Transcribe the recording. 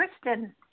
Kristen